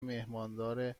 میهماندار